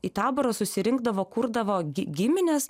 į taborą susirinkdavo kurdavo giminės